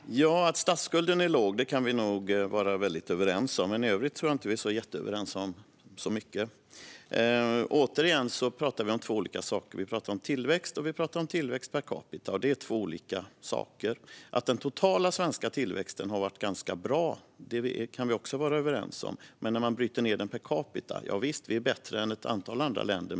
Fru talman! Att statsskulden är låg kan vi nog vara överens om. Men i övrigt tror jag inte att vi är överens om så mycket. Återigen talar vi om två olika saker. Vi talar om tillväxt, och vi talar om tillväxt per capita. Det är två olika saker. Att den totala svenska tillväxten har varit ganska bra kan vi också vara överens om. När man bryter ned den per capita är det riktigt att vi är bättre än ett antal andra länder.